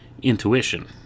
Intuition